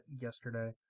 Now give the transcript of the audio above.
yesterday